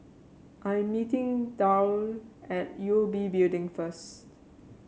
I am meeting Darl at U O B Building first